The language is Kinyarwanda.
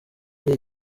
ari